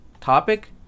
topic